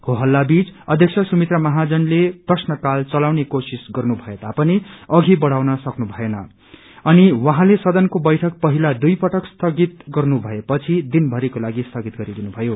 हो हल्ला विच अध्यक्षा सुमित्रा महाजनले प्रश्नकाल चलाउने कोशिश गर्नु भएतापनि अघि बढ़उन सक्नु भएन अनि उहाँले सदनको बैठक पहिला दुइ पटक स्थगित गर्नु भए पछि दिन भरिकोलागि स्थगित गरिदिनु भयो